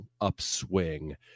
upswing